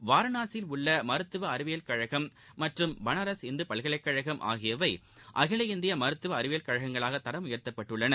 வாரணாசியில் உள்ள மருத்துவ அறிவியல் கழகம் மற்றும் பனாரஸ் இந்து பல்கலைக்கழகம் ஆகியவை அகில இந்திய மருத்துவ அறிவியல் கழகங்களாக தரம் உயர்த்தப்பட்டுள்ளன